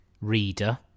reader